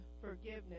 forgiveness